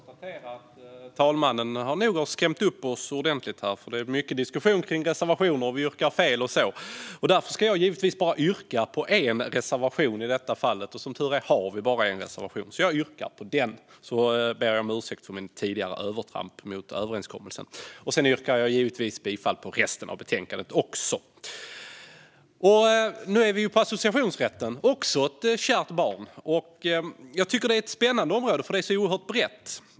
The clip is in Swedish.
Herr talman! Talmannen har nog skrämt upp oss ordentligt för det är mycket diskussion om reservationer, och vi gör felaktiga yrkanden. Därför ska jag bara yrka bifall till en enda reservation i detta ärende. Som tur är har vi bara en reservation. Jag yrkar bifall till den. Jag ber också om ursäkt för mitt tidigare övertramp mot överenskommelsen. Jag yrkar givetvis också bifall till resten av förslaget i betänkandet. Nu har vi kommit in på associationsrätten, som är ett kärt barn. Området är spännande eftersom det är så brett.